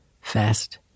fast